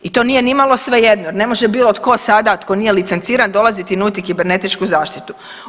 I to nije ni malo svejedno, jer ne može bilo tko sada tko nije licenciran dolaziti i nuditi kibernetičku zaštitu.